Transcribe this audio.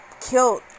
Killed